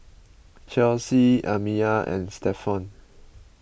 Chelsi Amiyah and Stephon